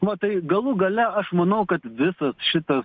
va tai galų gale aš manau kad visas šitas